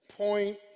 point